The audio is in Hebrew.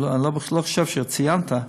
אני לא חושב שציינת,